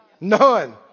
None